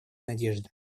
надежда